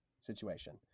situation